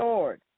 Lord